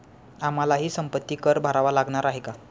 आम्हालाही संपत्ती कर भरावा लागणार आहे का?